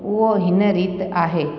उहो हिन रीति आहे